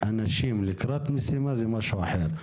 אנשים לקראת משימה זה משהו אחר.